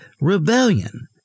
rebellion